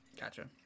gotcha